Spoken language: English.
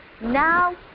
now